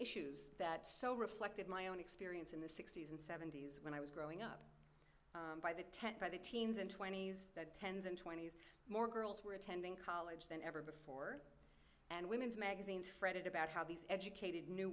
issues that so reflected my own experience in the sixty's and seventy's when i was growing up by the tent by the teens and twenty's that tens and twenties more girls were attending college than ever before and women's magazines fretted about how these educated new